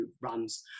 runs